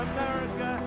America